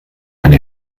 eine